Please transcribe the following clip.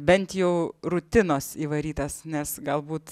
bent jau rutinos įvarytas nes galbūt